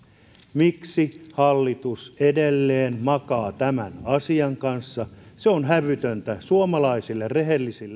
miksi hallitus edelleen makaa tämän asian kanssa se on hävytöntä suomalaisia rehellisiä